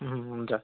हुन्छ